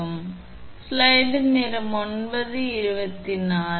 எனவே இந்த 1 இன் உங்கள் சமமான சுற்று என்று நீங்கள் நினைத்தால் நீங்கள் காத்திருங்கள்